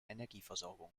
energieversorgung